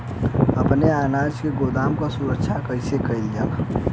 अपने अनाज के गोदाम क सुरक्षा कइसे करल जा?